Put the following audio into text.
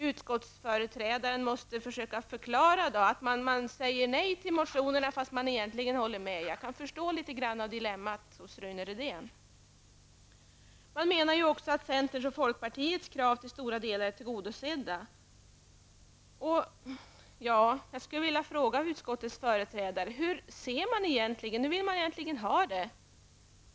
Utskottsföreträdaren måste försöka förklara att man säger nej till motionerna fast man egentligen håller med. Jag kan förstå litet av Rune Rydéns dilemma. Man menar också att centerns och folkpartiets krav till stora delar är tillgodosedda. Jag skulle vilja fråga utskottets företrädare hur ni egentligen vill ha det.